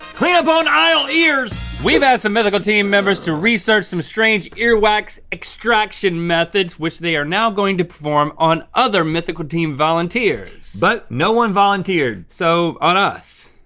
clean up on aisle ears! we've asked some mythical team members to research some strange ear wax extraction methods which they are now going to perform on other mythical team volunteers. but no one volunteered. so on us.